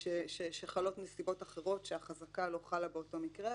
שחלות נסיבות אחרות שהחזקה לא חלה באותו מקרה,